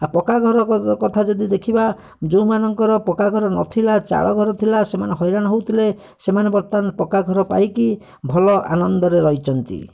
ଆଉ ପକ୍କାଘର କଥା ଯଦି ଦେଖିବା ଯେଉଁମାନଙ୍କର ପକ୍କାଘର ନଥିଲା ଚାଳଘର ଥିଲା ସେମାନେ ହଇରାଣ ହଉଥିଲେ ସେମାନେ ବର୍ତ୍ତମାନ ପକ୍କାଘର ପାଇକି ଭଲ ଆନନ୍ଦରେ ରହିଛନ୍ତି